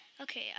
okay